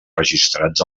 registrats